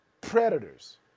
Predators